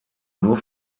nur